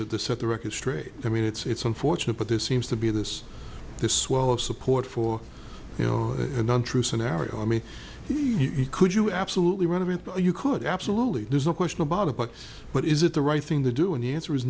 to set the record straight i mean it's unfortunate but there seems to be this this swell of support for you know an untrue scenario i mean he could you absolutely want it you could absolutely there's no question about it but but is it the right thing to do and the answer is